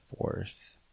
Fourth